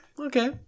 Okay